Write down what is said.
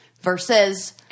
versus